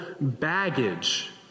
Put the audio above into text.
baggage